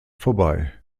vorbei